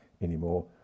anymore